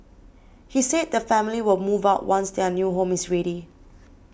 he said the family will move out once their new home is ready